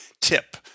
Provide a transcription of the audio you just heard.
tip